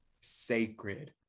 sacred